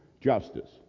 justice